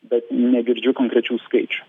bet negirdžiu konkrečių skaičių